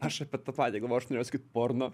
aš apie tą patį galvoju aš norėjau sakyt porno